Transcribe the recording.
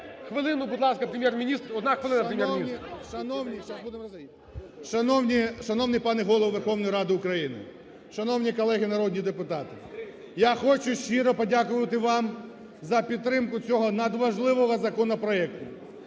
хвилину, будь ласка, Прем'єр-міністр. Одна хвилина, Прем'єр-міністр. 19:40:12 ГРОЙСМАН В.Б. Шановний пане Голово Верховної Ради України, шановні колеги народні депутати! Я хочу щиро подякувати вам за підтримку цього надважливого законопроекту.